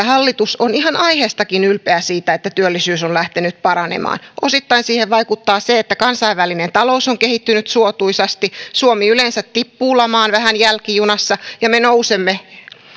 hallitus on ihan aiheestakin ylpeä siitä että työllisyys on lähtenyt paranemaan osittain siihen vaikuttaa se että kansainvälinen talous on kehittynyt suotuisasti suomi yleensä tippuu lamaan vähän jälkijunassa ja me nousemme